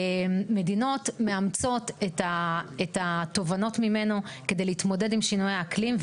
מדינות מאמצות את התובנות ממנו כדי להתמודד עם שינויי האקלים,